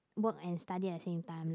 work and study at the same time like